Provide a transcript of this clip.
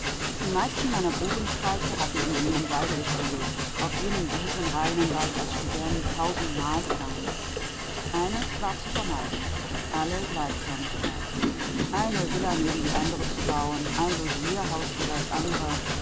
die meisten meiner bubenstreiche hatten in jenem walde gespielt auf jenen wiesenrainen war ich als student tausendmal gegangen eines war zu vermeiden alle gleichförmigkeit eine villa neben die andere zu bauen ein logierhaus wie das andere